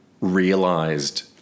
realized